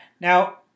Now